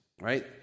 right